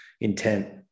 intent